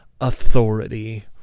authority